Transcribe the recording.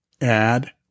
Add